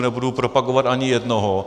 Nebudu propagovat ani jednoho.